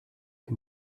que